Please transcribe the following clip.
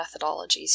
methodologies